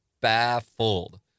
baffled